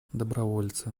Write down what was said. добровольцы